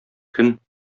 көн